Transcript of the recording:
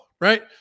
right